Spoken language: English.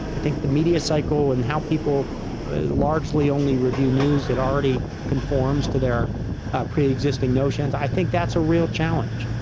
i think the media cycle and how people ah largely only review news that already conforms to their ah preexisting notions, i think that's a real challenge.